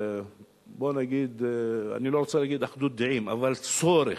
אני לא רוצה להגיד אחדות דעים, אבל צורך,